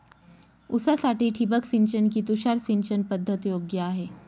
ऊसासाठी ठिबक सिंचन कि तुषार सिंचन पद्धत योग्य आहे?